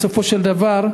בסופו של דבר,